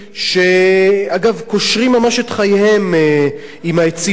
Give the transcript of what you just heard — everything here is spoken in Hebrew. שאגב, קושרים ממש את חייהם עם העצים האלה.